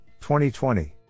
2020